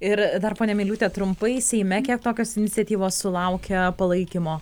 ir dar ponia miliūte trumpai seime kiek tokios iniciatyvos sulaukia palaikymo